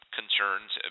concerns